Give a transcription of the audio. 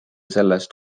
sellest